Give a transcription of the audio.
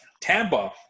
Tampa